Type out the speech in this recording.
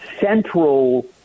central